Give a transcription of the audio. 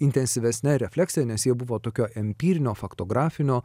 intensyvesne refleksija nes jie buvo tokio empirinio faktografinio